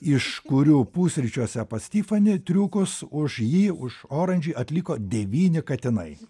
iš kurių pusryčiuose pas tifani triukus už jį už orangey atliko devyni katinai